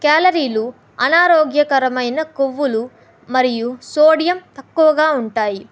క్యాలరీలు అనారోగ్యకరమైన కొవ్వులు మరియు సోడియం తక్కువగా ఉంటాయి